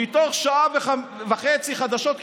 מתוך שעה וחצי חדשות,